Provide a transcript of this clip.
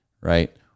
Right